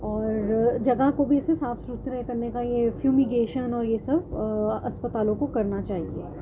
اور جگہ کو بھی ایسے صاف ستھرے کرنے کا یہ فیومیگیشن اور یہ سب اسپتالوں کو کرنا چاہیے